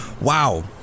Wow